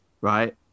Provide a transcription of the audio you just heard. right